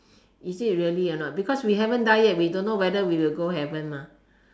is it really or not because we haven't die yet we don't know whether we will go heaven mah